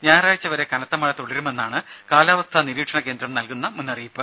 ഞായറാഴ്ച വരെ കനത്ത മഴ തുടരുമെന്നാണ് കാലാവസ്ഥാ നിരീക്ഷണ കേന്ദ്രം നൽകുന്ന മുന്നറിയിപ്പ്